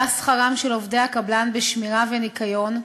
עלה שכרם של עובדי הקבלן בשמירה וניקיון,